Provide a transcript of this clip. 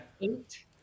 eight